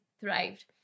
thrived